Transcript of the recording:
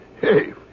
Hey